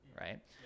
right